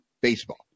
baseball